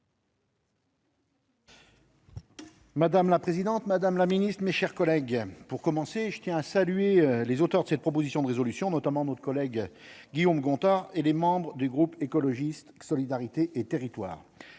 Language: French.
Madame la présidente, Madame la Ministre, mes chers collègues, pour commencer, je tiens à saluer les auteurs de cette proposition de résolution notamment notre collègue Guillaume Gontard et les membres du groupe écologiste solidarité et territoires,